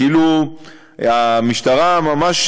כאילו המשטרה ממש,